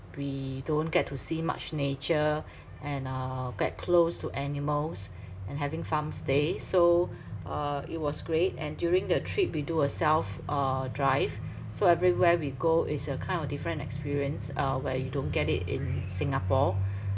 we don't get to see much nature and uh get close to animals and having farm stay so uh it was great and during the trip we do a self uh drive so everywhere we go is a kind of different experience uh where you don't get it in Singapore